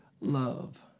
love